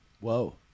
Whoa